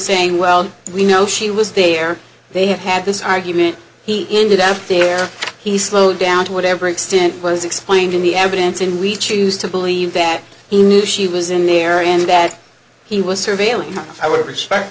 saying well we know she was there they have had this argument he ended up there he slowed down to whatever extent was explained in the evidence and we choose to believe that he knew she was in area and that he was surveilling i would respect